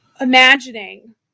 imagining